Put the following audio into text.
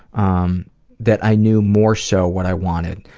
um that i knew more so what i wanted.